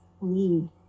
lead